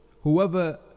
Whoever